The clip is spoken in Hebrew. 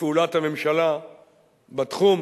לפעולת הממשלה בתחום